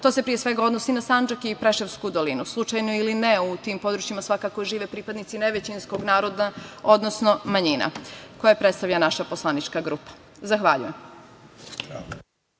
To se pre svega odnosi na Sandžak i preševsku dolinu. Slučajno ili ne, u tim područjima svakako žive pripadnici nevećinskog naroda odnosno manjina koje predstavlja naša poslanička grupa. Zahvaljujem.